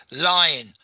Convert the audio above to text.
Lying